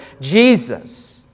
Jesus